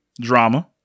drama